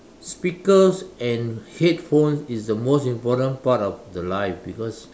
speakers and headphones is the most important part of the life because